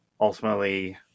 ultimately